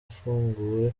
afunguwe